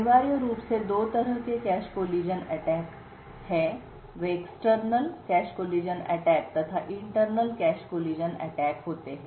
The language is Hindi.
अनिवार्य रूप से दो तरह के कैश कोलिजन अटैक कैश टक्कर के हमले है वे एक्सटर्नल बाहरी कैश कोलिजन अटैक तथा इंटरनल आंतरिक कैश कोलिजन अटैक होते हैं